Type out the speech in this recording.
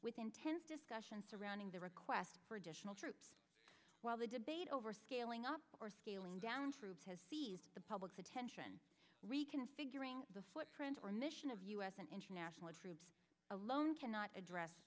with intense discussions surrounding the request for additional troops while the debate over scaling up or scaling down troops has seized the public's attention reconfiguring the footprint or mission of u s and international troops alone cannot address